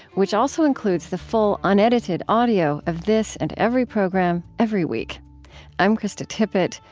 which also includes the full unedited audio of this and every program, every week i'm krista tippett.